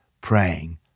praying